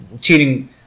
cheating